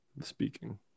speaking